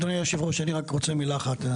אדוני יושב הראש, אני רק רוצה מילה אחת.